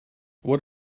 what